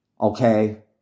Okay